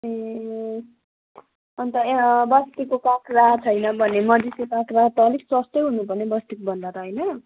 ए अन्त य बस्तीको काँक्रा छैन भने मधेसी काँक्रा त अलिक सस्तै हुनुपर्ने बस्तीको भन्दा त होइन